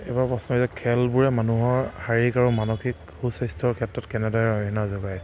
এইবাৰ প্ৰশ্ন যে খেলবোৰে মানুহৰ শাৰীৰিক আৰু মানসিক সু স্বাস্থ্যৰ ক্ষেত্ৰত কেনেদৰে অৰিহণা যোগায়